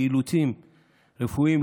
מאילוצים רפואיים,